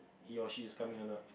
he or she is coming or not